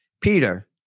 Peter